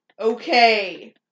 Okay